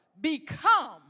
Become